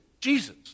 Jesus